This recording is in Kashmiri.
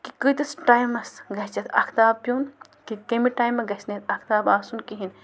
کہِ کۭتِس ٹایمَس گژھِ اَتھ اَکھتاب پیوٚن کہِ کیٚمہِ ٹایمہٕ گژھنہٕ اَکھتاب آسُن کِہیٖنۍ